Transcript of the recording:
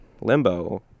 Limbo